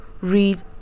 read